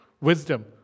Wisdom